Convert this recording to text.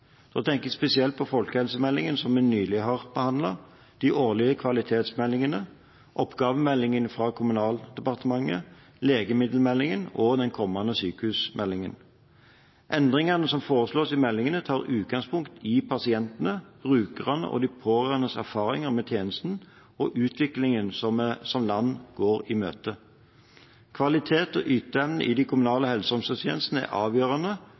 tenker spesielt på folkehelsemeldingen, som vi nylig har behandlet, de årlige kvalitetsmeldingene, oppgavemeldingen fra Kommunaldepartementet, legemiddelmeldingen og den kommende sykehusmeldingen. Endringene som foreslås i meldingene, tar utgangspunkt i pasientene, brukerne og de pårørendes erfaringer med tjenestene og utviklingen som vi som land går i møte. Kvalitet og yteevne i de kommunale helse- og omsorgstjenestene er avgjørende